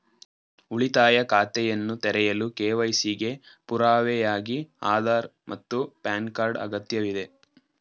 ಉಳಿತಾಯ ಖಾತೆಯನ್ನು ತೆರೆಯಲು ಕೆ.ವೈ.ಸಿ ಗೆ ಪುರಾವೆಯಾಗಿ ಆಧಾರ್ ಮತ್ತು ಪ್ಯಾನ್ ಕಾರ್ಡ್ ಅಗತ್ಯವಿದೆ